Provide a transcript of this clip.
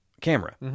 camera